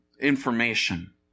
information